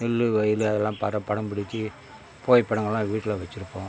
நெல் வயல் அதெல்லாம் படம் படம் பிடிச்சி புகைப்படங்கள்லாம் வீட்டில் வச்சுருப்போம்